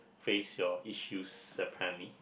face your issues apparently